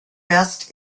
best